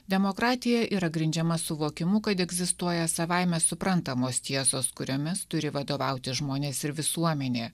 demokratija yra grindžiama suvokimu kad egzistuoja savaime suprantamos tiesos kuriomis turi vadovautis žmonės ir visuomenė